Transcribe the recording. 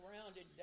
surrounded